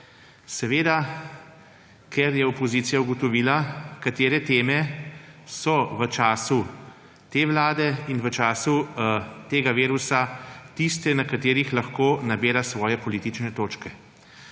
seveda opozicija ugotovila, katere teme so v času te vlade in v času tega virusa tiste, na katerih lahko nabira svoje politične točke.